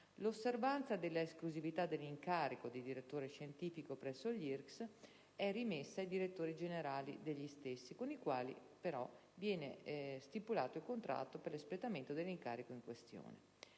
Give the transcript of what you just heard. L'osservanza della esclusività dell'incarico di direttore scientifico presso gli IRCCS è rimessa ai direttori generali degli stessi, con i quali però viene stipulato il contratto per l'espletamento dell'incarico in questione.